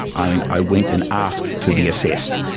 i and i went and asked to be assessed,